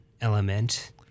element